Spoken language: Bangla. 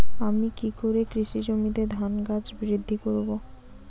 আমি কী করে কৃষি জমিতে ধান গাছ বৃদ্ধি করব?